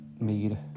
made